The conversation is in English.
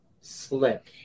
slip